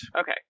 Okay